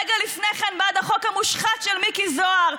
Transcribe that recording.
רגע לפני כן בעד החוק המושחת של מיקי זוהר,